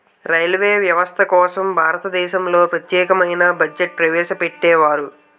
railway వ్యవస్థ కోసం భారతదేశంలో ప్రత్యేకమైన బడ్జెట్ను ప్రవేశపెట్టేవారు